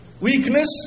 Weakness